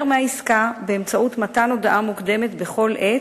מהעסקה באמצעות מתן הודעה מוקדמת בכל עת,